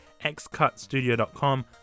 xcutstudio.com